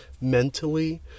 mentally